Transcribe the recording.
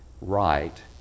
right